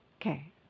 okay